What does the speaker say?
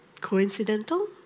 Coincidental